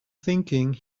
thinking